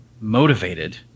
motivated